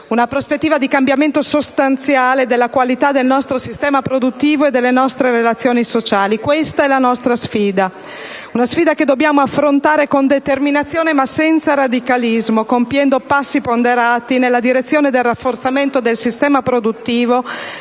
una prospettiva di cambiamento sostanziale della qualità del nostro sistema produttivo e delle nostre relazioni sociali. Questa è la nostra sfida; una sfida che dobbiamo affrontare con determinazione, ma senza radicalismo, compiendo passi ponderati nella direzione del rafforzamento del sistema produttivo,